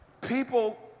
people